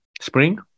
spring